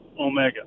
Omega